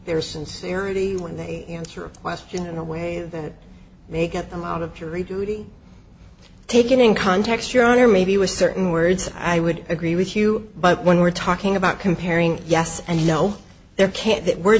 their sincerity when they answer a question in a way that may get them out of jury duty taken in context your honor maybe was certain words i would agree with you but when we're talking about comparing yes and no there